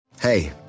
Hey